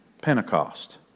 Pentecost